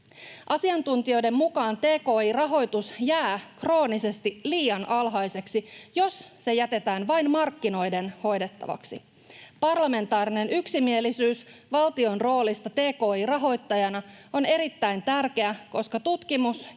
Asiantuntijoiden mukaan tki-rahoitus jää kroonisesti liian alhaiseksi, jos se jätetään vain markkinoiden hoidettavaksi. Parlamentaarinen yksimielisyys valtion roolista tki-rahoittajana on erittäin tärkeä, koska tutkimus,